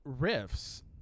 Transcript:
riffs